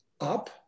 up